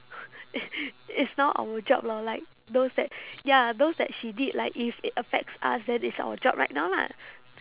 it's now our job lor like those that ya those that she did like if it affects us then it's our job right now lah